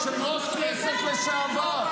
יושב-ראש כנסת לשעבר: